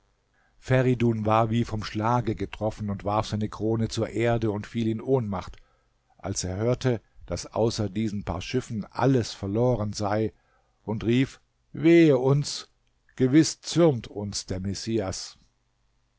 feridun war wie vom schlage getroffen warf seine krone zur erde und fiel in ohnmacht als er hörte daß außer diesen paar schiffen alles verloren sei und rief wehe uns gewiß zürnt uns messias